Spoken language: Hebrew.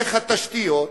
איך התשתיות,